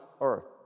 earth